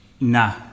Nah